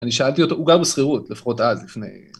אני שאלתי אותו, הוא גר בסחירות לפחות אז, לפני...